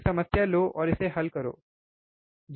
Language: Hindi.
एक समस्या लो और इसे हल करो सही है